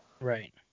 Right